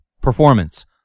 Performance